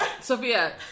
Sophia